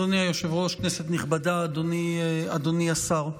אדוני היושב-ראש, כנסת נכבדה, אדוני השר,